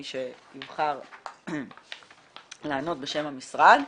מי שיבחר לענות בשם המשרד.